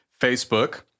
Facebook